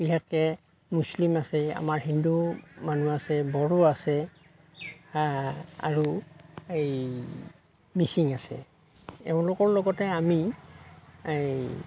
বিশেষকৈ মুছলিম আছে আমাৰ হিন্দু মানুহ আছে বড়ো আছে আৰু এই মিচিং আছে এওঁলোকৰ লগতে আমি এই